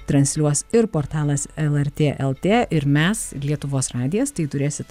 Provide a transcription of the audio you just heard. transliuos ir portalas lrt lt ir mes lietuvos radijas tai turėsit